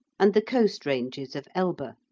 and the coast ranges of elba.